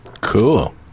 Cool